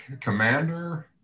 commander